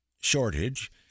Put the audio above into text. shortage